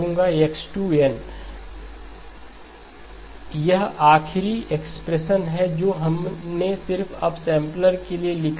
X2 n m−∞X2mLhn−mL यह आखिरी expression है जो हमने सिर्फ अपसैंपलर के लिया लिखा है